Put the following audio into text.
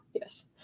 Yes